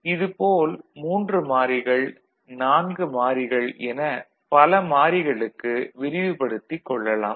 இது போல் 3 மாறிகள் 4 மாறிகள் என பல மாறிகளுக்கு விரிவுபடுத்திக் கொள்ளலாம்